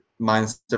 mindset